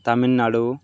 Tamil Nadu